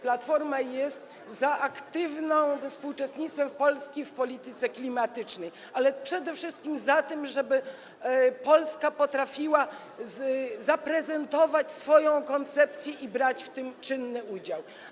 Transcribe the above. Platforma jest za aktywnym współuczestnictwem Polski w polityce klimatycznej, ale przede wszystkim za tym, żeby Polska potrafiła zaprezentować swoją koncepcję i brać w tym czynny udział.